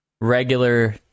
regular